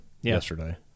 yesterday